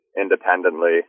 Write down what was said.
independently